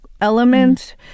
element